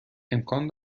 امکان